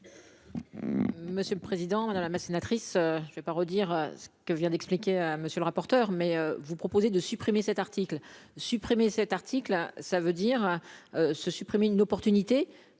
Monsieur le président, dans la masse, sénatrice, je vais pas redire ce que vient d'expliquer à monsieur le rapporteur, mais vous proposez de supprimer cet article supprimé cet article-là, ça veut dire se supprimer une opportunité